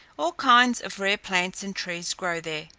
all kinds of rare plants and trees grow there,